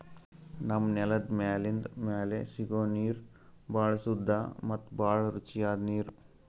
ನಮ್ಮ್ ನೆಲದ್ ಮ್ಯಾಲಿಂದ್ ಮ್ಯಾಲೆ ಸಿಗೋ ನೀರ್ ಭಾಳ್ ಸುದ್ದ ಮತ್ತ್ ಭಾಳ್ ರುಚಿಯಾದ್ ನೀರ್